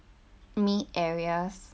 me areas